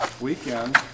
weekend